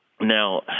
now